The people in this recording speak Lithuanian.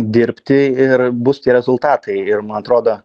dirbti ir bus tie rezultatai ir man atrodo